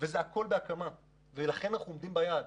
הכול בהקמה, ולכן אנחנו עומדים ביעד.